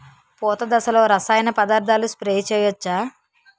పూత దశలో రసాయన పదార్థాలు స్ప్రే చేయచ్చ?